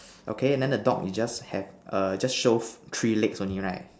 okay and then the dog we just have err just shove three legs only right